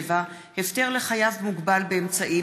57) (הפטר לחייב מוגבל באמצעים),